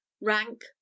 Rank